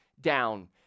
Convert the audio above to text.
down